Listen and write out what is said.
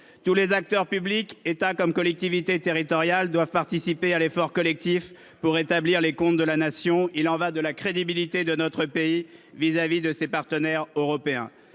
Tous les acteurs publics, État comme collectivités territoriales, doivent participer à l'effort collectif pour rétablir les comptes de la Nation. Il y va de la crédibilité de notre pays à l'égard de nos partenaires européens.